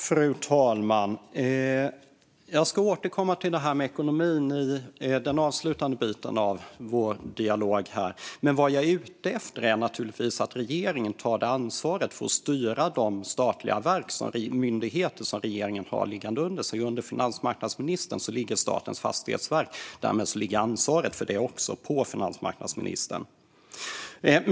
Fru talman! Jag ska återkomma till ekonomin i den avslutande delen av vår dialog. Vad jag är ute efter är naturligtvis att regeringen tar ansvar för att styra de statliga verk och myndigheter som regeringen har under sig. Under finansmarknadsministern ligger Statens fastighetsverk, och därmed ligger ansvaret för det verket på finansmarknadsministern.